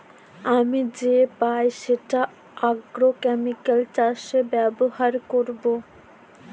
আমি যে পাই সেটা আগ্রোকেমিকাল চাষে ব্যবহার করবো